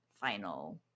final